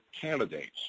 candidates